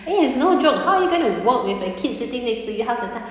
eh is no joke how you going to work with a kid sitting next to you half the time